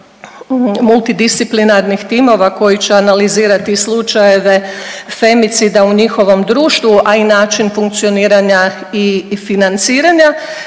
multidisciplinarnih timova koji će analizirati slučajeve femicida u njihovom društvu, a i način funkcioniranja i financiranja.